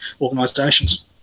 organisations